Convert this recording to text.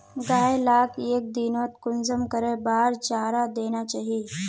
गाय लाक एक दिनोत कुंसम करे बार चारा देना चही?